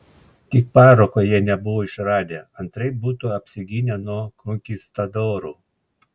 tik parako jie nebuvo išradę antraip būtų apsigynę nuo konkistadorų